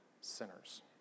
sinners